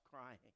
crying